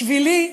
בשבילי,